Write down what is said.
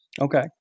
Okay